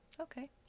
Okay